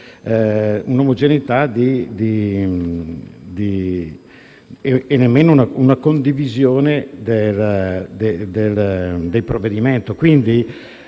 omogenea e nemmeno una condivisione del provvedimento